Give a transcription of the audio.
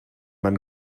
man